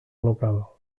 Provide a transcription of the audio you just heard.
local